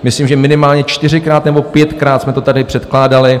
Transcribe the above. Myslím, že minimálně čtyřikrát nebo pětkrát jsme to tady předkládali.